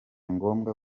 ngombwa